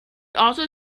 also